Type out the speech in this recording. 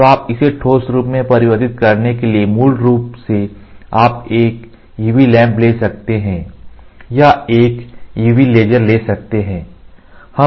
तो आप इसे ठोस रूप में परिवर्तन करने के लिए मूल रूप से आप एक UV लैंप ले सकते हैं या एक UV लेजर ले सकते हैं